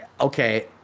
okay